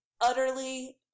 utterly